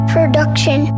Production